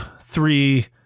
three